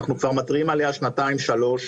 אנחנו מתריעים עליה שנתיים-שלוש.